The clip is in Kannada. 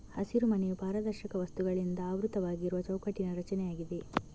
ಹಸಿರುಮನೆಯು ಪಾರದರ್ಶಕ ವಸ್ತುಗಳಿಂದ ಆವೃತವಾಗಿರುವ ಚೌಕಟ್ಟಿನ ರಚನೆಯಾಗಿದೆ